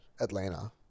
Atlanta